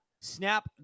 Snap